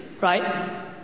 Right